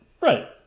Right